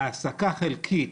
בהעסקה חלקית